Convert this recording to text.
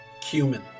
Cumin